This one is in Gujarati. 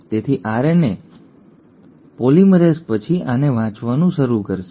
તેથી આરએનએ પોલિમરેઝ પછી આને વાંચવાનું શરૂ કરશે